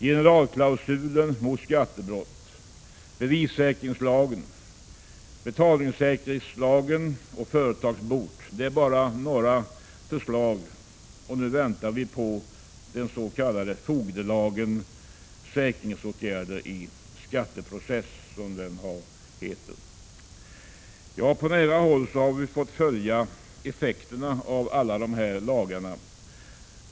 Generalklausulen mot skattebrott, bevissäkringslagen, betalningssäkringslagen och företagsbot är bara några exempel. Och nu väntar vi bara på den s.k. fogdelagen — säkringsåtgärder i skatteprocess, som den heter. På nära håll har vi fått följa effekterna av alla dessa lagar.